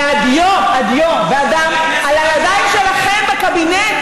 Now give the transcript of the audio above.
והדיו והדם על הידיים שלכם בקבינט,